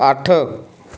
ਅੱਠ